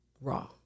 raw